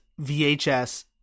vhs